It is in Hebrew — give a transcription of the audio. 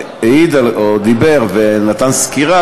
המחקר דיבר ונתן סקירה,